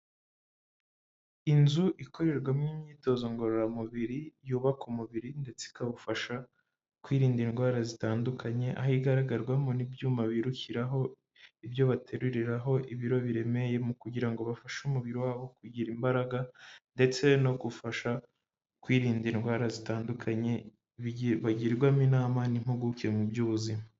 Inzu ikorerwamo imyitozo ngororamubiri, yubaka umubiri ndetse ikawufasha kwirinda indwara zitandukanye aho igaragarwamo n'ibyuma birukiraho, ibyo bateruriraho ibiro biremeye, mu kugira ngo bafashe umubiri wabo kugira imbaraga ndetse no gufasha kwirinda indwara zitandukanye, bagirwamo inama n'impuguke mu by'ubuzima.